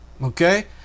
Okay